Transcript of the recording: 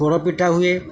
ପୋଡ଼ପିଠା ହୁଏ